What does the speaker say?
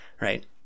right